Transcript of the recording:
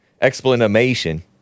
Explanation